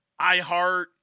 iHeart